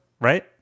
right